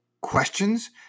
questions